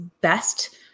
best